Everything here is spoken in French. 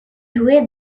jouait